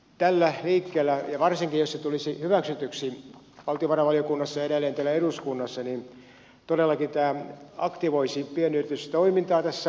tällä liikkeellä varsinkin jos se tulisi hyväksytyksi valtiovarainvaliokunnassa ja edelleen täällä eduskunnassa todellakin tämä aktivoisi pienyritystoimintaa tässä maassa